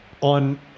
On